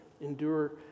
Endure